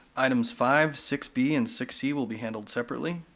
items five, six b and six c will be handled separately.